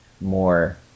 more